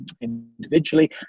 individually